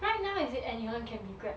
right now is it anyone can be grab